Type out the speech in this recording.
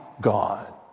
God